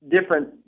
different